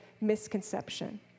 misconception